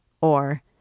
Or